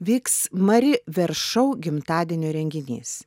vyks mari ver šou gimtadienio renginys